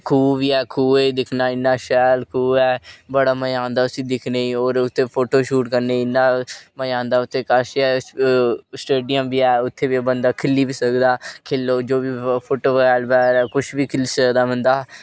खूह बी ऐ खूहै च दिक्खना इन्ना शैल खूह ऐ बडा मजा आंदा उसी दिक्खने गी और उत्थै फोटो शूट करने गी इन्ना मजा आंदा उत्थै कश गै स्टेडियम बी ऐ उत्थै बंदा खेली बी सकदा ऐ उत्थै फुटबाल बेटबाल कुछ बी खेली सकदा बंदा